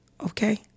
Okay